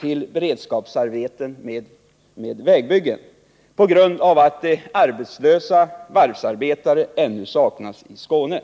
till beredskapsarbeten med vägbyggen på grund av att arbetslösa varvsarbetare ännu saknas i Skåne.